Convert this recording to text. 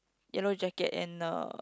yellow jacket and a